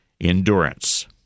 endurance